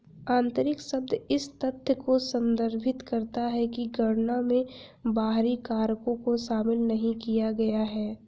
आंतरिक शब्द इस तथ्य को संदर्भित करता है कि गणना में बाहरी कारकों को शामिल नहीं किया गया है